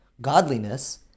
godliness